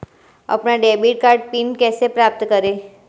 अपना debit card PIN कैसे प्राप्त करें?